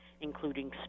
including